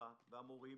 המזכירה והמורים,